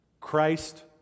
Christ